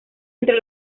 entre